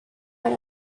are